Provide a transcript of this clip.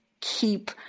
keep